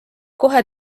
kohe